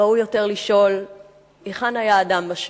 ראוי יותר לשאול היכן היה האדם בשואה,